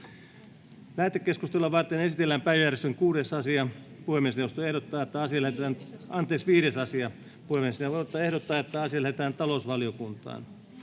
Lähetekeskustelua varten esitellään päiväjärjestyksen 7. asia. Puhemiesneuvosto ehdottaa, että asia lähetetään talousvaliokuntaan.